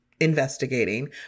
investigating